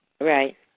Right